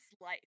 life